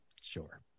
Sure